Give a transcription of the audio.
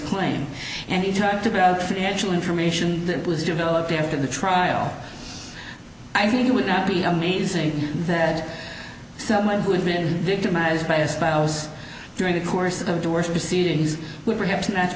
claim and you talked about financial information that was developed after the trial i think it would be amazing that someone who had been victimized by a spouse during the course of the worst proceedings would perhaps